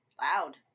loud